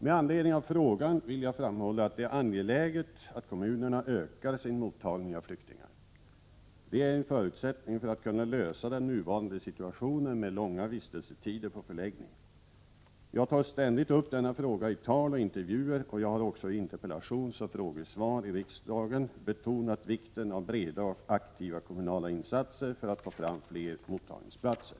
Med anledning av frågan vill jag framhålla att det är angeläget att Prot. 1986/87:109 kommunerna ökar sin mottagning av flyktingar. Det är en förutsättning för 23 april 1987 att kunna lösa den nuvarande situationen med långa vistelsetider på förläggning. Jag tar ständigt upp denna fråga i tal och intervjuer, och jag har Om TERETINKERES sr0g också i interpellationsoch frågesvar i riksdagen betonat vikten av breda och Jon SkAvelE rn Sd aktiva kommunala insatser för att få fram fler mottagningsplatser.